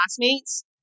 classmates